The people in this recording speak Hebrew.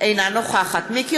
אינה נוכחת מיקי